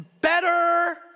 better